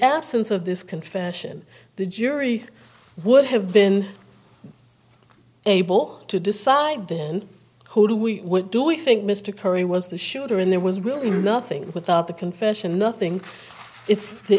absence of this confession the jury would have been able to decide then who do we do we think mr curry was the shooter and there was really nothing without the confession nothing it's the